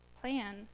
plan